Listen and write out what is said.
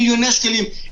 מיליוני שקלים,